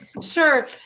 Sure